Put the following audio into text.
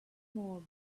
more